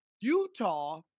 Utah